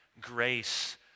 grace